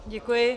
Děkuji.